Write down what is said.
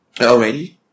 Already